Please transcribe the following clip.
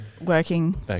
working